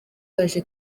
baje